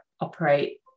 operate